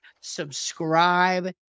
subscribe